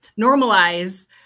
normalize